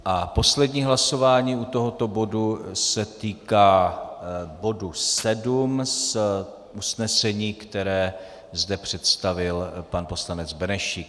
A poslední hlasování u tohoto bodu se týká bodu 7 z usnesení, které zde představil pan poslanec Benešík.